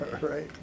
Right